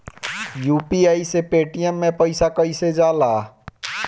UPI से Paytm मे पैसा कइसे जाला?